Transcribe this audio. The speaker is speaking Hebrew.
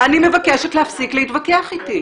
אני מבקשת להפסיק להתווכח איתי,